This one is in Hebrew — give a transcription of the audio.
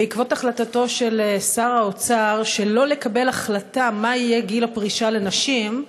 בעקבות החלטתו של שר האוצר שלא לקבל החלטה מה יהיה גיל הפרישה לנשים,